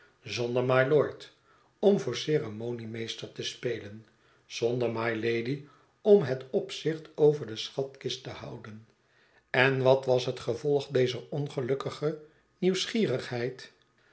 zonder mylord om voor ceremoniemeester te spelen zonder mylady om het opzicht over de schatkist te houden en wat was het gevolg dezer ongelukkige nieuwigheid